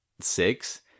six